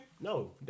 No